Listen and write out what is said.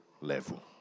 level